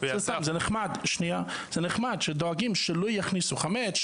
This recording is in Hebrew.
זה נחמד שדואגים שלא יכניסו חמץ,